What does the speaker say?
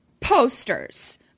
posters